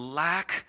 lack